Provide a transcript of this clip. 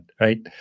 right